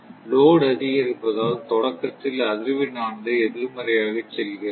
load அதிகரிப்பதால் தொடக்கத்தில் அதிர்வெண் ஆனது எதிர்மறையாக செல்கிறது